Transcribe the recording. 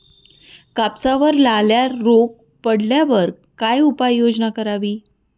कापसावर लाल्या रोग पडल्यावर काय उपाययोजना करावी?